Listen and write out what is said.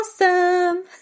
awesome